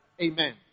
Amen